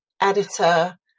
editor